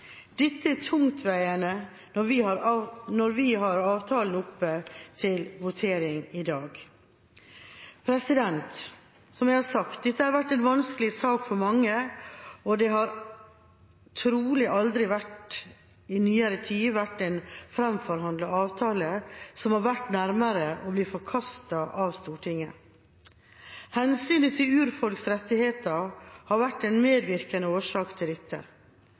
Dette er tungtveiende når vi har avtalen oppe til votering i dag. Som sagt har dette vært en vanskelig sak for mange, og det har trolig aldri i nyere tid vært en framforhandlet avtale som har vært nærmere å bli forkastet av Stortinget. Hensynet til urfolks rettigheter har vært en medvirkende årsak til dette.